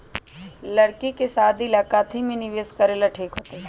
लड़की के शादी ला काथी में निवेस करेला ठीक होतई?